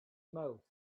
mouth